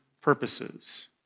purposes